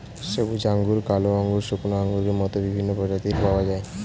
সবুজ আঙ্গুর, কালো আঙ্গুর, শুকনো আঙ্গুরের মত বিভিন্ন প্রজাতির পাওয়া যায়